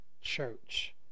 church